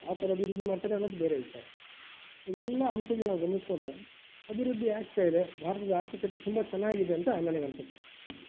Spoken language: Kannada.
ಯಾವ ಥರ ಅಭಿವೃದ್ಧಿ ಮಾಡ್ತಾರೆ ಅನ್ನೋದು ಬೇರೆ ವಿಚಾರ ಇದೆಲ್ಲ ಅಂಶಗಳನ್ನ ನಾವು ಗಮನಿಸಿಕೊಂಡರೆ ಅಭಿವೃದ್ಧಿ ಆಗ್ತಾಯಿದೆ ಭಾರತದ ಆರ್ಥಿಕತೆ ತುಂಬ ಚೆನ್ನಾಗಿದೆ ಅಂತ ನನ್ಗೆ ಅನ್ಸುತ್ತೆ